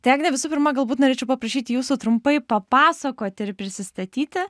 tai agne visų pirma galbūt norėčiau paprašyti jūsų trumpai papasakoti ir prisistatyti